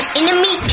enemy